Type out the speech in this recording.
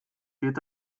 geht